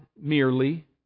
merely